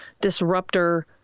disruptor